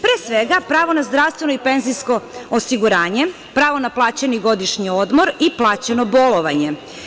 Pre svega, pravo na zdravstveno i penzijsko osiguranje, pravo na plaćeni godišnji odmor i plaćeno bolovanje.